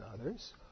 others